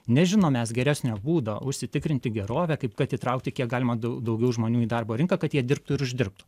nežinome mes geresnio būdo užsitikrinti gerovę kaip kad įtraukti kiek galima daug daugiau žmonių į darbo rinką kad jie dirbtų ir uždirbtų